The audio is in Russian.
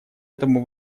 этому